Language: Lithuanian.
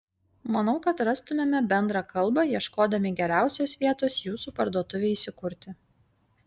manau kad rastumėme bendrą kalbą ieškodami geriausios vietos jūsų parduotuvei įsikurti